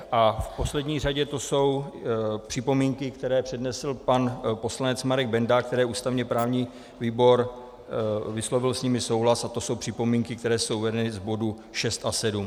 A v poslední řadě to jsou připomínky, které přednesl pan poslanec Marek Benda, s nimiž ústavněprávní výbor vyslovil souhlas, a to jsou připomínky, které jsou uvedeny v bodech 6 a 7.